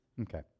Okay